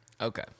okay